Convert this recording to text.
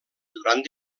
durant